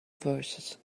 verses